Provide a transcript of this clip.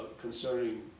concerning